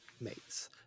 Mates